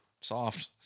soft